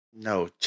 No